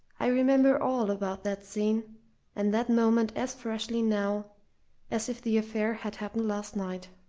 i remember all about that scene and that moment as freshly now as if the affair had happened last night.